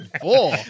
four